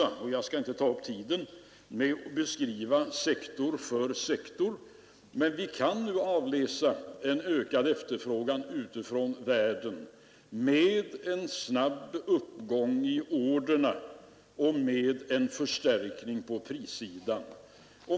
Jag skall inte ta upp tid med en beskrivning sektor för sektor, men vi kan nu avläsa en ökad efterfrågan utifrån med en snabb uppgång i fråga om order och med en förstärkning på prissidan.